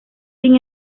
sin